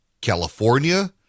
California